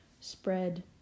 spread